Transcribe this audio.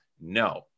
No